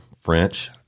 French